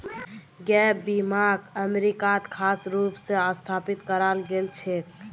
gap बीमाक अमरीकात खास रूप स स्थापित कराल गेल छेक